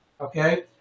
Okay